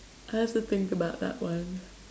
I have to think about that one